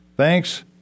Thanks